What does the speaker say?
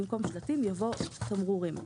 במקום "שלטים" יבוא "תמרורים".